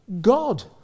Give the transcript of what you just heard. God